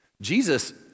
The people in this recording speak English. Jesus